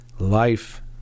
life